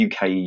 UK